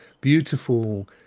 beautiful